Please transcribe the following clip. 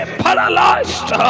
paralyzed